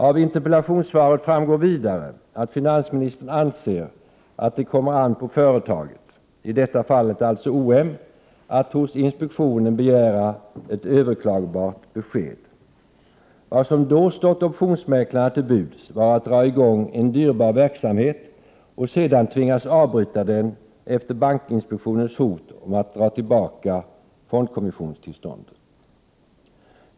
Av interpellationssvaret framgår vidare att finansministern anser att det kommer an på företaget, i detta fall alltså OM, att hos inspektionen begära ett överklagbart besked. Vad som då stod Optionsmäklarna till buds var att dra i gång en dyrbar verksamhet och sedan tvingas avbryta den efter bankinspektionens hot att dra in fondkommissionstillståndet.